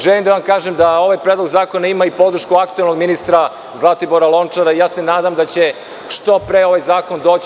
Želim da vam kažem da ovaj predlog zakona ima podršku i aktuelnog ministra Zlatibora Lončara i nadam se da će što pre ovaj zakon doći.